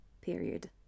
period